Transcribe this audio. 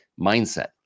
mindset